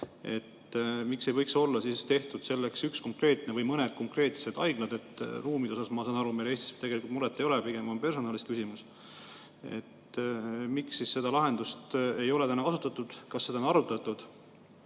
Miks ei võiks olla tehtud selleks üks konkreetne või mõned konkreetsed haiglad? Ruumide osas, ma saan aru, meil Eestis tegelikult muret ei ole, pigem on personalis küsimus. Miks siis seda lahendust ei ole kasutatud? Kas seda on arutatud?